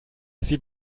sie